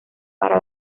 para